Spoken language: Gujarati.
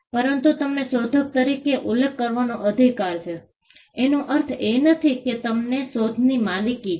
પરંતુ તમને શોધક તરીકે ઉલ્લેખ કરવાનો અધિકાર છે એનો અર્થ એ નથી કે તમને શોધની માલિકી છે